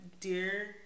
dear